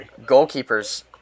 goalkeepers